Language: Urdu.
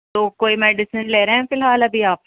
تو کوئی میڈیسن لے رہے ہیں فی الحال ابھی آپ